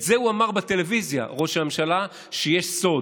את זה הוא אמר בטלוויזיה, ראש הממשלה, שיש סוד.